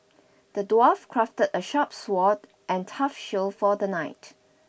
the dwarf crafted a sharp sword and tough shield for the knight